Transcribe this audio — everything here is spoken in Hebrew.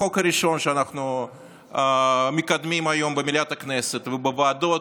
החוק הראשון שאנחנו מקדמים היום במליאת הכנסת ובוועדות,